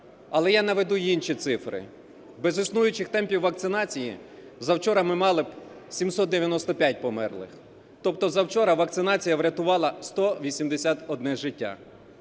Але я наведу і інші цифри. Без існуючих темпів вакцинації за вчора ми мали б 795 померлих. Тобто за вчора вакцинація врятувала 181 життя.